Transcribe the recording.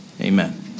amen